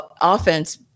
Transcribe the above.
offense